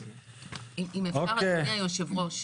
אם אפשר אדוני יושב הראש,